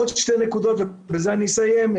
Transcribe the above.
עוד שתי נקודות ובזה אסיים.